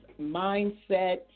mindset